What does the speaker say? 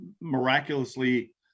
miraculously